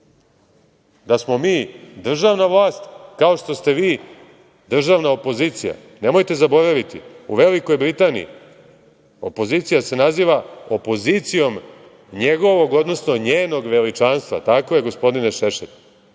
da smo mi državna vlast, kao što ste vi državna opozicija. Nemojte zaboraviti u Velikoj Britaniji, opozicija se naziva opozicijom njegovog, odnosno njenog veličanstva, tako je gospodine Šešelj.